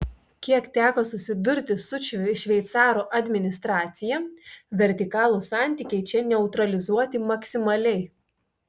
kiek teko susidurti su šveicarų administracija vertikalūs santykiai čia neutralizuoti maksimaliai